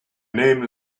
name